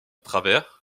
travers